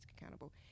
accountable